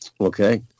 Okay